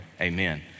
amen